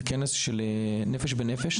לכנס של נפש בנפש,